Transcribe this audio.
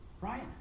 Right